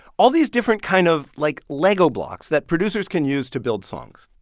all these different kind of, like, lego blocks that producers can use to build songs.